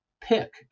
pick